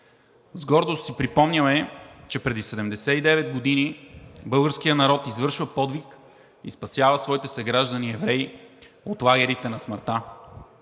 С гордост си припомняме, че преди 79 години българският народ извършва подвиг и спасява своите съграждани евреи от лагерите на смъртта.